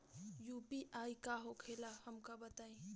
UPI का होखेला हमका बताई?